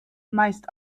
meist